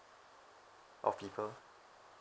of people